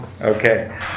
Okay